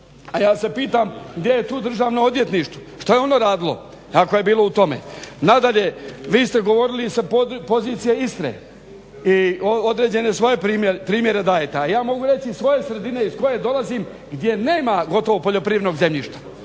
A ja se pitam gdje je tu državno odvjetništvo, što je ono radilo ako je bilo u tome. Nadalje, vi ste govorili sa pozicije Istre i određene svoje primjere dajete, a ja mogu reći iz svoje sredine iz koje dolazim gdje nema gotovo poljoprivrednog zemljišta,